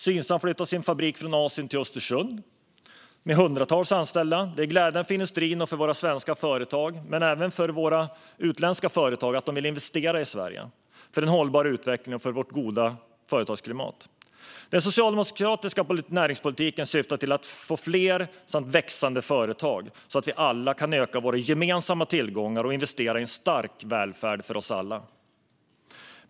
Synsam flyttar sin fabrik från Asien till Östersund, med hundratals anställda. Det är glädjande för industrin och för våra svenska företag. Det är även glädjande att utländska företag vill investera i Sverige för en hållbar utveckling och för vårt goda företagsklimat. Den socialdemokratiska näringspolitiken syftar till att få fler och växande företag så att vi kan öka våra gemensamma tillgångar och investera i en stark välfärd för oss alla.